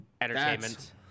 Entertainment